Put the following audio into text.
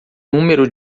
número